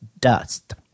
dust